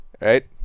Right